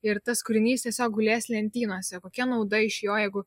ir tas kūrinys tiesiog gulės lentynose kokia nauda iš jo jeigu